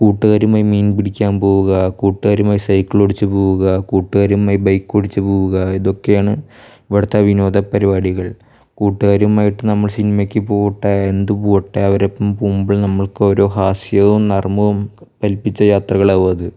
കൂട്ടുകാരുമായി മീൻ പിടിക്കാൻ പോവുക കൂട്ടുകാരുമായി സൈക്കിൾ ഓടിച്ചു പോവുക കൂട്ടുകാരുമായി ബൈക്ക് ഓടിച്ചു പോവുക ഇതൊക്കെയാണ് ഇവിടുത്തെ വിനോദ പരിപാടികൾ കൂട്ടുകാരുമായിട്ട് നമ്മൾ സിനിമയ്ക്ക് പോട്ടെ എന്തു പോട്ടെ അവരൊപ്പം പോകുമ്പോൾ നമുക്ക് ഹാസ്യവും നർമ്മവും കൽപ്പിച്ച യാത്രകളാവും അത്